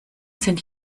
sind